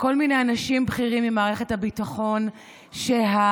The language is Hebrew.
כל מיני אנשים בכירים במערכת הביטחון שהאמת